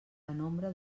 penombra